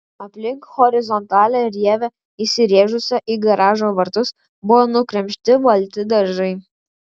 aplink horizontalią rievę įsirėžusią į garažo vartus buvo nugremžti balti dažai